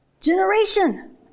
generation